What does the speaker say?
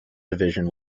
division